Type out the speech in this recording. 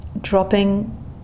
dropping